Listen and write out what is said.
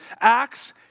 Acts